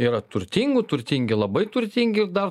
yra turtingų turtingi labai turtingiir dar